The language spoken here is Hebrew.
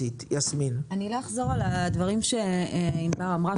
אני לא אחזור על הדברים שאמרה ענבר בזק,